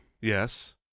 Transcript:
Yes